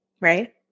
right